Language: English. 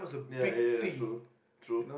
ya ya ya true true